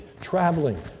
traveling